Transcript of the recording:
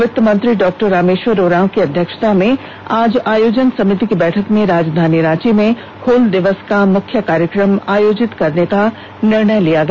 वित्त मंत्री डॉ रामेश्वर उराव की अध्यक्षता में आज आयोजन समिति की बैठक में राजधानी रांची में हूल दिवस का मुख्य कार्यक्रम आयोजित करने का निर्णय लिया गया